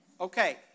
Okay